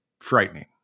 frightening